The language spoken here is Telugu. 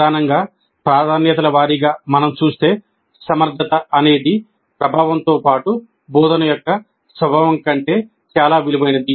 ప్రధానంగా ప్రాధాన్యతల వారీగా మనం చూస్తే సమర్థత అనేది ప్రభావంతో పాటు బోధన యొక్క స్వభావం కంటే చాలా విలువైనది